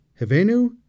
Hevenu